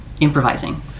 improvising